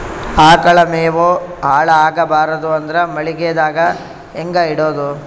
ಆಕಳ ಮೆವೊ ಹಾಳ ಆಗಬಾರದು ಅಂದ್ರ ಮಳಿಗೆದಾಗ ಹೆಂಗ ಇಡೊದೊ?